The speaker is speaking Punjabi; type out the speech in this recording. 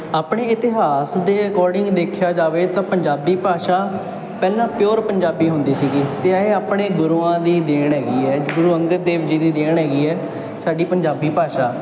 ਆਪਣੇ ਇਤਿਹਾਸ ਦੇ ਅਕੋਰਡਿੰਗ ਦੇਖਿਆ ਜਾਵੇ ਤਾਂ ਪੰਜਾਬੀ ਭਾਸ਼ਾ ਪਹਿਲਾਂ ਪਿਓਰ ਪੰਜਾਬੀ ਹੁੰਦੀ ਸੀਗੀ ਅਤੇ ਇਹ ਆਪਣੇ ਗੁਰੂਆਂ ਦੀ ਦੇਣ ਹੈਗੀ ਹੈ ਗੁਰੂ ਅੰਗਦ ਦੇਵ ਜੀ ਦੀ ਦੇਣ ਹੈਗੀ ਹੈ ਸਾਡੀ ਪੰਜਾਬੀ ਭਾਸ਼ਾ